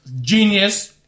Genius